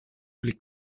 pli